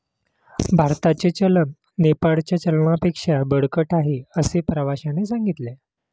भारताचे चलन नेपाळच्या चलनापेक्षा बळकट आहे, असे प्रवाश्याने सांगितले